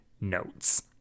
notes